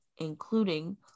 including